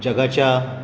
जगाच्या